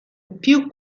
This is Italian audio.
più